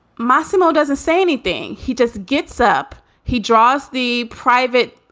massimo doesn't say anything. he just gets up he draws the private,